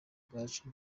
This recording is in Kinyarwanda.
bwacu